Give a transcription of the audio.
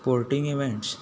sporting events